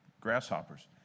grasshoppers